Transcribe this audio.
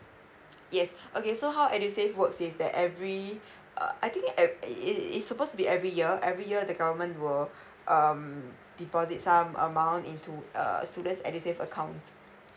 yes okay so how edu save works is that every uh I think e~ is is supposed to be every year every year the government will um deposit some amount into err students edu save account